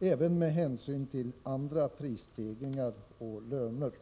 även med hänsyn till andra prisstegringar och löner.